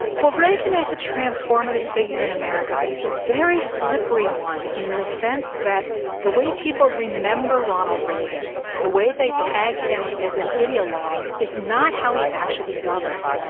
well, reagan is a transformative figure in america but he's a very slippery one in the sense that the way people remember ronald reagan, the way they tag him as an ideologue is not how he actually governed.